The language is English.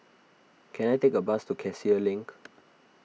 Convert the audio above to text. can I take a bus to Cassia Link